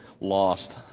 lost